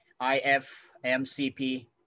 IFMCP